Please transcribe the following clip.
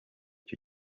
cyo